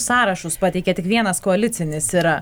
sąrašus pateikė tik vienas koalicinis yra